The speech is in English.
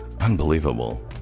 Unbelievable